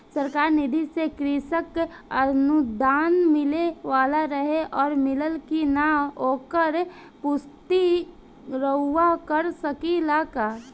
सरकार निधि से कृषक अनुदान मिले वाला रहे और मिलल कि ना ओकर पुष्टि रउवा कर सकी ला का?